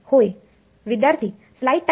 होय